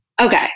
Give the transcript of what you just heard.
Okay